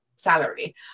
salary